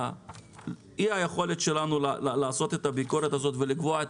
ואי היכולת שלנו לעשות את הביקורת הזאת ולקבוע את